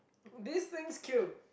this things kill